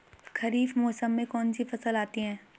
खरीफ मौसम में कौनसी फसल आती हैं?